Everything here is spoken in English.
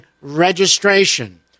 registration